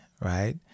right